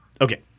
Okay